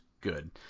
good